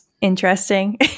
interesting